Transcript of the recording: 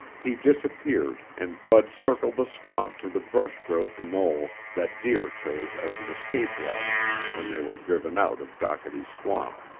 he disappeared and bud circled the swamp to the brush-grown knoll that deer chose as an escape route when they were driven out of dockety's swamp.